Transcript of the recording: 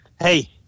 hey